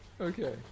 Okay